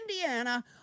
Indiana